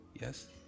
yes